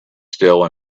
still